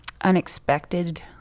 unexpected